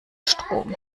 strom